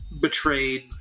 betrayed